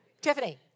Tiffany